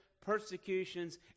persecutions